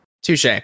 Touche